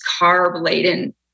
carb-laden